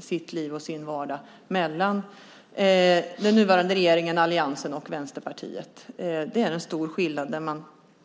sitt liv och sin vardag.